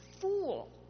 fool